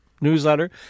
Newsletter